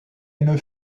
une